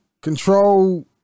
Control